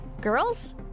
Girls